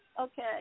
Okay